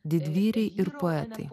didvyriai ir poetai